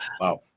Wow